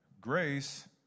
grace